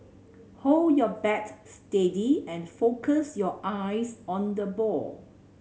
hold your bat steady and focus your eyes on the ball